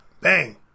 bang